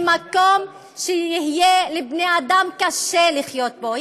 היא מקום שיהיה לבני אדם קשה לחיות בו.